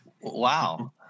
Wow